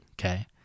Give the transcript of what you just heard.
Okay